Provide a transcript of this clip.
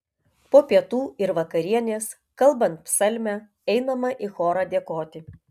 po pietų ir vakarienės kalbant psalmę einama į chorą dėkoti